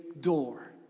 door